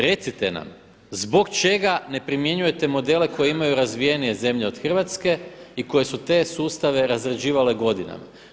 Recite nam zbog čega ne primjenjujete modele koji imaju razvijenije zemlje od Hrvatske i koje su te sustave razrađivale godinama?